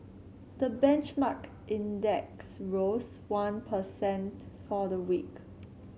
the benchmark index rose one per cent for the week